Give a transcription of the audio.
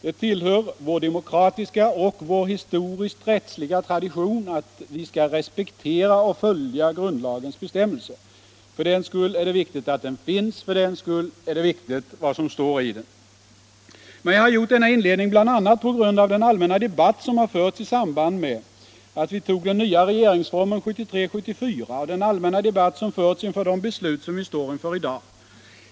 Det tillhör vår demokratiska och vår historiskt-rättsliga tradition att vi skall respektera och följa grundlagens bestämmelser. För den skull är det viktigt att den finns, för den skull är det viktigt vad som står i 19 Men jag har gjort denna inledning bl.a. på grund av den allmänna debatt som förts i samband med att vi antog den nya regeringsformen 1973/74 och den allmänna debatt som förts inför de beslut som vi står inför i dag.